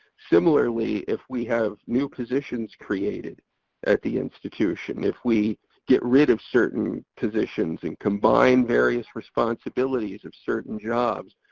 similarly if we have new positions created at the institution, if we get rid of certain positions and combine various responsibilities of certain jobs,